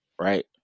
right